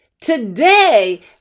Today